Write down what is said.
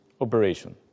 operation